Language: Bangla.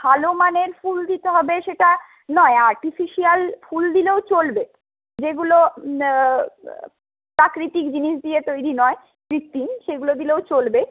ভালো মানের ফুল দিতে হবে সেটা নয় আর্টিফিশিয়াল ফুল দিলেও চলবে যেগুলো প্রাকৃতিক জিনিস দিয়ে তৈরি নয় কৃত্রিম সেগুলো দিলেও চলবে